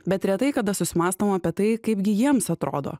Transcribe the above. bet retai kada susimąstom apie tai kaipgi jiems atrodo